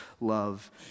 love